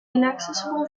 inaccessible